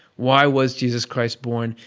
why was jesus christ born?